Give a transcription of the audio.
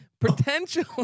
potentially